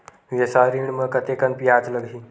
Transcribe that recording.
व्यवसाय ऋण म कतेकन ब्याज लगही?